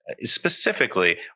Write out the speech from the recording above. Specifically